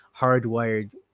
hardwired